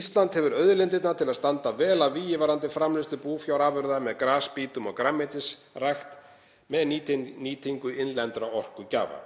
Ísland hefur auðlindirnar til að standa vel að vígi í framleiðslu búfjárafurða, með grasbítum og grænmetisrækt og með nýtingu innlendra orkugjafa.